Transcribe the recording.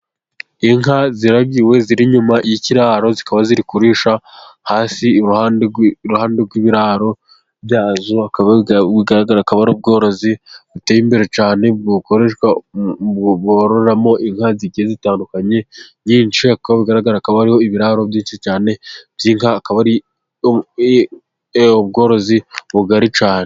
Inka ziragiwe ziri inyuma y'ikiraro, zikaba ziri kurisha hasi iruhande rw'ibiraro byazo. Bikaba bigaragaza akaba ari ubworozi buteye imbere cyane, bukoreshwa bororamo inka zigiye zitandukanye nyinshi, bikaba bigaragara ko hari ibiraro byinshi cyane by'inka, akaba ari ubworozi bugari cyane.